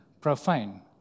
profane